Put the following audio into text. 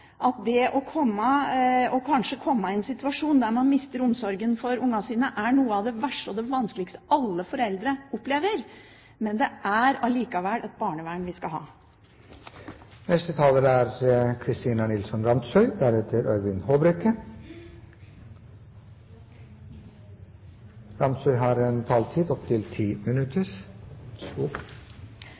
at det å komme i en situasjon der man kanskje mister omsorgen for ungene sine, er noe av det verste og vanskeligste foreldre opplever. Men det er allikevel et barnevern vi skal ha. Det har det siste året vært flere debatter i Stortinget om utfordringen innenfor barnevernet. Derfor er det veldig positivt at statsråden har